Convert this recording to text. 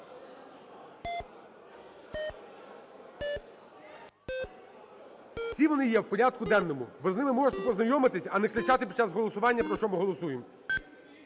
Всі вони є в порядку денному. Ви з ними можете познайомитись, а не кричати під час голосування: про що ми голосуємо.